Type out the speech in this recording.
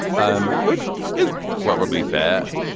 um which is probably fair.